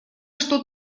что